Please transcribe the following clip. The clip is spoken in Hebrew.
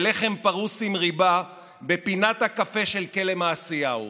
בלחם פרוס עם ריבה בפינת הקפה של כלא מעשיהו.